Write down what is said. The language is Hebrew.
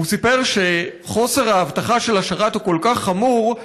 הוא סיפר שחוסר האבטחה של השרת הוא כל כך חמור,